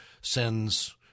sends